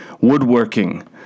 woodworking